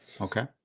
Okay